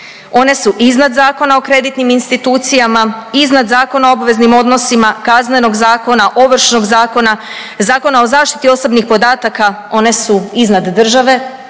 One su iznad Zakona o kreditnim institucijama, iznad Zakona o obveznim odnosima, Kaznenog zakona, Ovršnog zakona, Zakona o zaštiti osobnih podataka, one su iznad države